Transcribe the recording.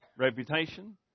Reputation